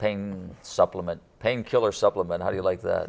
paying supplement painkiller supplement how do you like the